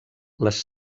les